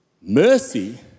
Mercy